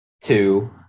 two